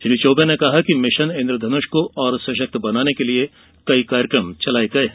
श्री चौबे ने कहा कि मिशन इन्द्रधनुष को और सशक्त बनाने के लिए कई कार्यक्रम चलाये गये हैं